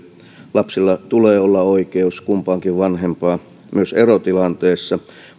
lapsella tulee olla oikeus kumpaankin vanhempaan myös erotilanteessa